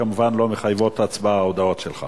כמובן שההודעות שלך